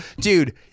dude